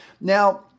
Now